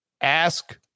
ask